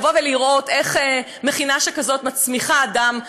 לבוא ולראות איך מכינה שכזאת מצמיחה אדם שכזה,